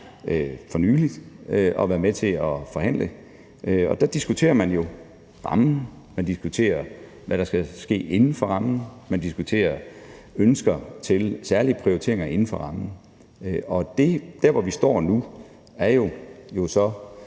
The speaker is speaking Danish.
fornøjelsen af at være med til at forhandle, og der diskuterer man jo rammen, man diskuterer, hvad der skal ske inden for rammen, man diskuterer ønsker til særlige prioriteringer inden for rammen. Og der, hvor vi står nu, er jo så